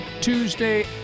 Tuesday